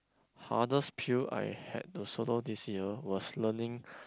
hardest pill I had to swallow this year was learning